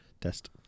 Test